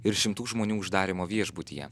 ir šimtų žmonių uždarymo viešbutyje